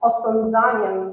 osądzaniem